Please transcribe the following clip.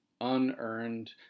unearned